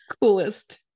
coolest